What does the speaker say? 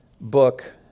book